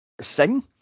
sing